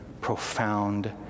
profound